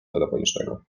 telefonicznego